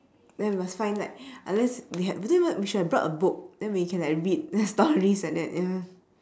then we must find like unless we had we don't even we should have brought a book then we can like read stories like that ya